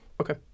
okay